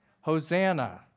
Hosanna